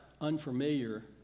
unfamiliar